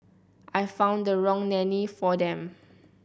I found the wrong nanny for them